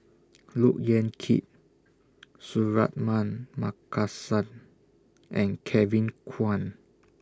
Look Yan Kit Suratman Markasan and Kevin Kwan